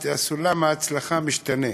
סולם ההצלחה משתנה.